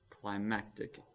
climactic